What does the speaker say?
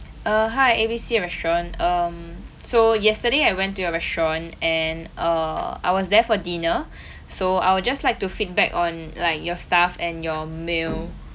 err hi A_B_C restaurant um so yesterday I went to your restaurant and err I was there for dinner so I will just like to feedback on like your staff and your meal